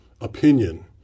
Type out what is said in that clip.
opinion